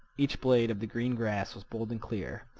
each blade of the green grass was bold and clear.